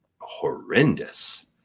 horrendous